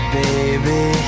baby